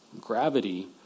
gravity